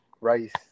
rice